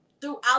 throughout